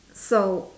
so